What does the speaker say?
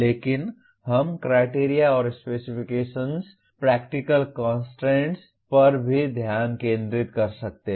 लेकिन हम क्राइटेरिया और स्पेसिफिकेशन्स और प्रैक्टिकल कंस्ट्रेंट्स पर भी ध्यान केंद्रित कर सकते हैं